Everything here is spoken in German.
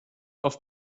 auf